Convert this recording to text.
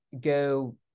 go